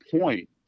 point